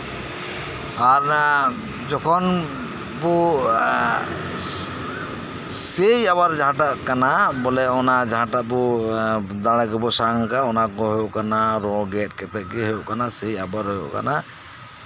ᱟᱨ ᱚᱱᱟ ᱡᱚᱠᱷᱚᱱ ᱠᱚ ᱥᱮᱭ ᱟᱵᱟᱨ ᱡᱟᱸᱦᱟᱴᱟᱜ ᱠᱟᱱᱟ ᱵᱚᱞᱮ ᱡᱟᱸᱦᱟ ᱴᱟᱜ ᱟᱵᱚ ᱫᱟᱲᱮ ᱠᱚᱵᱚᱱ ᱥᱟᱢᱟᱝ ᱠᱟᱜᱼᱟ ᱚᱱᱟ ᱠᱚ ᱨᱚ ᱠᱟᱛᱮᱜ ᱜᱮ ᱦᱩᱭᱩᱜ ᱠᱟᱱᱟ ᱚᱱᱟ ᱥᱮᱭ ᱟᱵᱟᱨ ᱦᱩᱭᱩᱜ ᱠᱟᱱᱟ